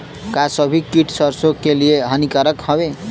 का सभी कीट फसलों के लिए हानिकारक हवें?